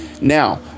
Now